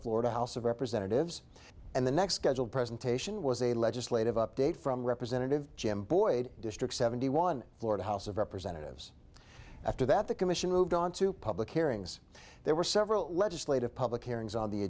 florida house of representatives and the next scheduled presentation was a legislative update from representative jim boyd district seventy one florida house of representatives after that the commission moved on to public hearings there were several legislative public hearings on the